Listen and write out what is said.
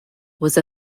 was